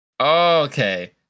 Okay